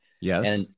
Yes